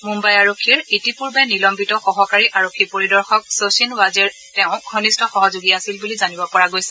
মুম্বাই আৰক্ষীৰ ইতিপুৰ্বে নিলম্বিত সহকাৰী আৰক্ষী পৰিদৰ্শক শচীন ৱাজেৰ তেওঁ ঘনিষ্ঠ সহযোগী আছিল বুলি জানিব পৰা গৈছে